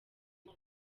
nta